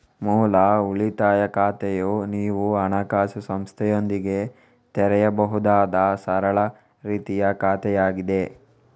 ಮೂಲ ಉಳಿತಾಯ ಖಾತೆಯು ನೀವು ಹಣಕಾಸು ಸಂಸ್ಥೆಯೊಂದಿಗೆ ತೆರೆಯಬಹುದಾದ ಸರಳ ರೀತಿಯ ಖಾತೆಯಾಗಿದೆ